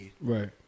Right